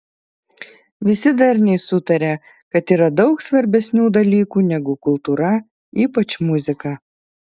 visi darniai sutaria kad yra daug svarbesnių dalykų negu kultūra ypač muzika